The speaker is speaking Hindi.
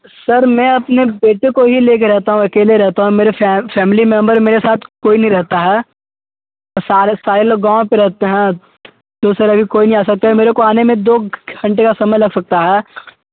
सर मैं अपने बेटे को ही लेके रहता हूँ अकेले रेहता हूँ मेरे फ़ैमिली मेंबर मेरे साथ कोई नहीं रहता है सारे सारे लोग गाँव पे रहते हैं तो सर अभी कोई नहीं आ सकता है मेरे को आने में दो घंटे का समय लग सकता है